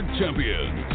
champions